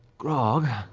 grog?